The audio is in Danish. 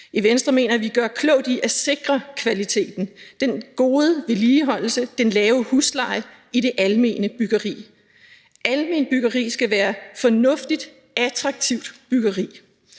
I Venstre mener vi, at vi gør klogt i at sikre kvaliteten, den gode vedligeholdelse, den lave husleje i det almene byggeri. Alment byggeri skal være fornuftigt, attraktivt byggeri.